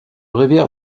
rivière